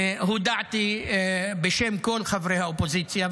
הודעתי בשם כל חברי האופוזיציה,